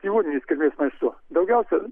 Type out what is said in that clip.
gyvūninės kilmės maistu daugiausia